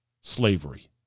slavery